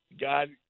God